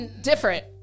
different